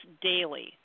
daily